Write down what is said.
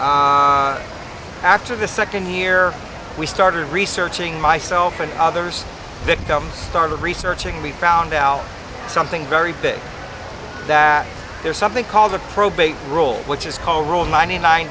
guardianship after the second year we started researching myself and others victims started researching we found out something very big there's something called the probate rule which is called rule ninety nine